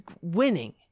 winning